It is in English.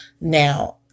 Now